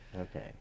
Okay